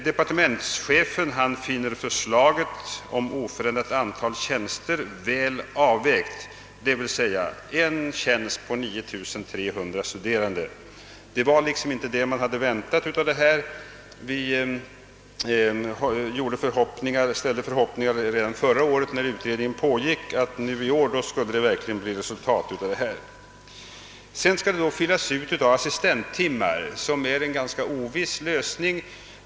Departementschefen finner förslaget om oförändrat antal tjänster väl avvägt, d. v. s. 1 tjänst på 9 300 studerande. Detta var liksom inte vad man hade väntat. Vi ställde redan förra året när utredningen pågick förhoppningar om att det i år verkligen skulle bli resultat. Sedan skall detta fyllas ut av studenterna själva med ett antal assistenttimmar.